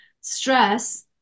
stress